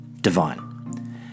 divine